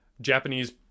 Japanese